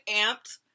amped